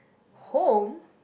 home